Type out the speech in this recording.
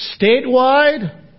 statewide